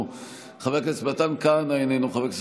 אוסאמה סעדי, אינו נוכח.